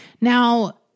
Now